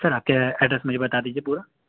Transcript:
سر آپ کے ایڈریس مجھے بتا دیجیے پورا